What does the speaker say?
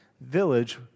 village